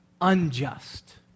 unjust